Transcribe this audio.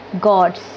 gods